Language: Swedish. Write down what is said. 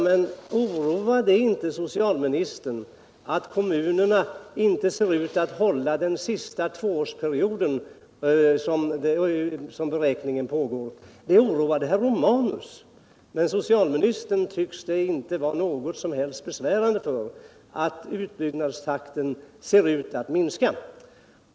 Men oroar det då inte socialministern att kommunerna inte ser ut att hålla den sista tvåårsperiod som beräkningen pågår? Det oroade herr Romanus, men för socialministern tycks det inte vara besvärande att utbyggnadstakten ser ut att minska.